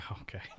Okay